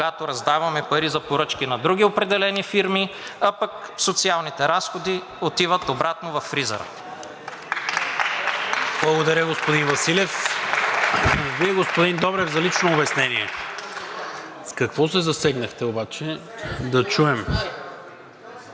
когато раздаваме пари за поръчки на други определени фирми, а пък социалните разходи отиват обратно във фризера.